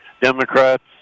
Democrats